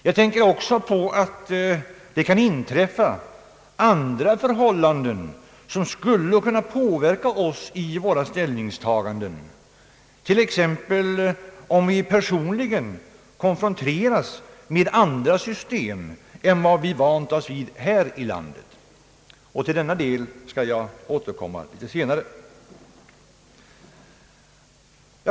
Jag tänker också på att det kan inträffa andra händelser som skulle kunna påverka oss i våra ställningstaganden, t.ex. om vi personligen konfronteras med andra system än det vi vant oss vid här i landet. Till detta skall jag återkomma litet senare.